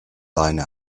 leine